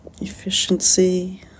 efficiency